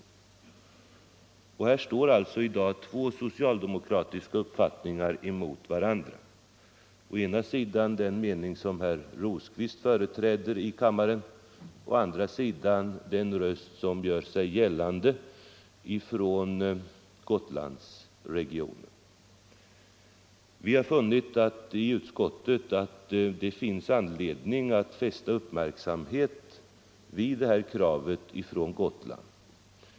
I denna fråga står alltså i dag två socialdemokratiska uppfattningar mot varandra: å ena sidan den mening som herr Rosqvist företräder, å andra sidan rösterna från Gotlandsregionen. Vi har i utskottet funnit att det finns anledning att fästa avseende vid detta krav från Gotland.